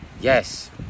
Yes